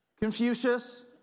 Confucius